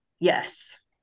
yes